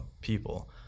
people